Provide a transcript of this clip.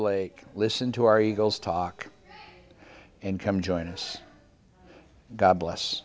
lake listen to our eagles talk and come join us god bless